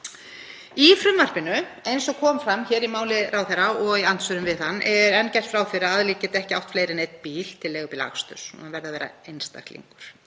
Í frumvarpinu, eins og kom fram í máli ráðherra og í andsvörum við hann, er enn gert ráð fyrir að aðili geti ekki átt fleiri en einn bíl til leigubílaaksturs, hann verði að vera einstaklingur.